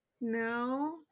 no